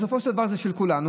בסופו של דבר זה של כולנו.